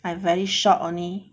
I very short only